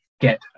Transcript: get